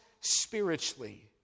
spiritually